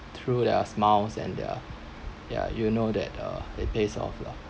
through their smiles and their ya you know that uh it pays off lah